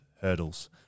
hurdles